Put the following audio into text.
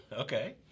Okay